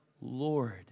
Lord